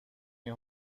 این